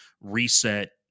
reset